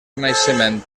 naixement